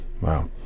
Wow